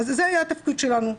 וזה היה התפקיד שלנו.